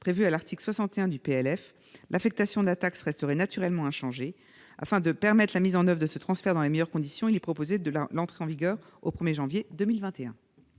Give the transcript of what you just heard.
projet de loi de finances. L'affectation de la taxe resterait naturellement inchangée. Afin de permettre la mise en oeuvre de ce transfert dans les meilleures conditions, il est proposé une entrée en vigueur au 1 janvier 2021.